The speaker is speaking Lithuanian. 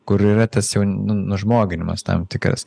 kur yra tas jau nu nužmoginimas tam tikras